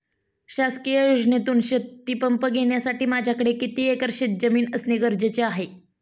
शासकीय योजनेतून शेतीपंप घेण्यासाठी माझ्याकडे किती एकर शेतजमीन असणे गरजेचे आहे?